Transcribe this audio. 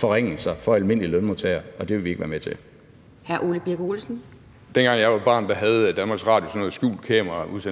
Hr. Ole Birk Olesen. Kl. 16:47 Ole Birk Olesen (LA): Dengang jeg var barn, havde Danmarks Radio sådan en udsendelse med